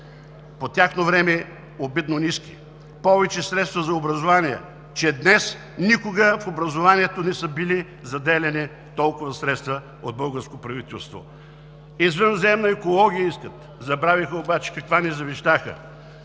по тяхно време обидно ниски, повече средства за образование – че днес никога в образованието не са били заделяни толкова средства от българско правителство. Извънземна екология искат – забравиха обаче каква ни завещаха.